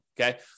okay